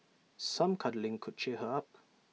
some cuddling could cheer her up